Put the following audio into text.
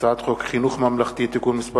הצעת חוק חינוך ממלכתי (תיקון מס'